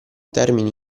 termini